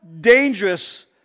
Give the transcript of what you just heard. dangerous